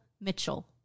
Mitchell